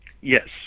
Yes